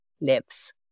lives